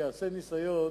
ייעשה ניסיון